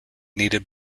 needed